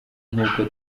nk’uko